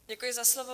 Děkuji za slovo.